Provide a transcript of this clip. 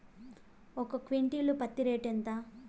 ఒక క్వింటాలు పత్తి రేటు ఎంత?